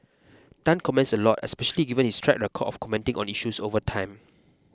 Tan comments a lot especially given his track record of commenting on issues over time